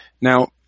Now